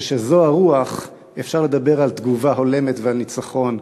כשזו הרוח, אפשר לדבר על תגובה הולמת ועל ניצחון.